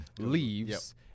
leaves